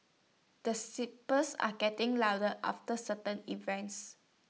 the are getting louder after certain events